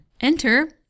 Enter